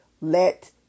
let